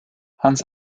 hans